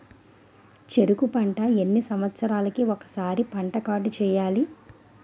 చెరుకు పంట ఎన్ని సంవత్సరాలకి ఒక్కసారి పంట కార్డ్ చెయ్యాలి?